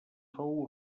fou